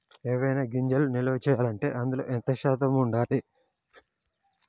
ఏవైనా గింజలు నిల్వ చేయాలంటే అందులో ఎంత శాతం ఉండాలి?